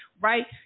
right